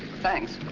thanks.